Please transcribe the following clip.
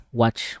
watch